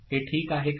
हे ठीक आहे का